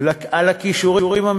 כי נשאלת השאלה,